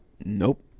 Nope